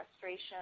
frustration